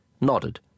nodded